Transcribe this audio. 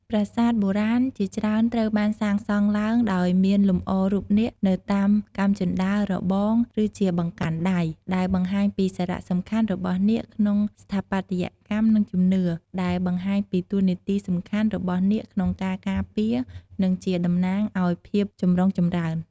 ប្រាសាទបុរាណជាច្រើនត្រូវបានសាងសង់ឡើងដោយមានលម្អរូបនាគនៅតាមកាំជណ្ដើរ របង ឬជាបង្កាន់ដៃ ដែលបង្ហាញពីសារៈសំខាន់របស់នាគក្នុងស្ថាបត្យកម្ម និងជំនឿ ដែលបង្ហាញពីតួនាទីសំខាន់របស់នាគក្នុងការការពារ និងជាតំណាងឱ្យភាពចម្រុងចម្រើន។